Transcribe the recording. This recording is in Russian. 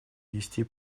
вести